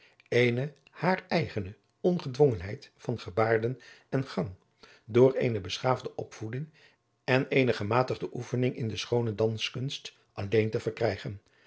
eene haar eigene ongedwongenheid van gebaarden en gang door eene beschaafde opvoeding en eene gematigde oefening in de schoone danskunst alleen te verkrijgen